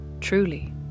truly